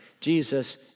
Jesus